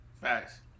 Facts